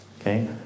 okay